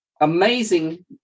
amazing